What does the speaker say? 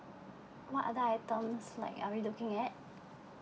what are the items like are we looking at